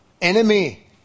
enemy